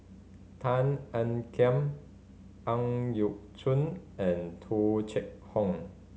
Tan Ean Kiam Ang Yau Choon and Tung Chye Hong